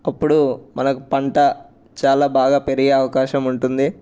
అప్పుడు మనకు పంట చాలా బాగా పెరిగే అవకాశం ఉంటుంది